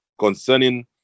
concerning